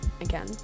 again